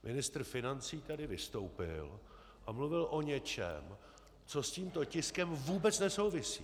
Ministr financí tady vystoupil a mluvil o něčem, co s tímto tiskem vůbec nesouvisí.